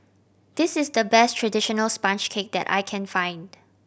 this is the best traditional sponge cake that I can find